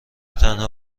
تنها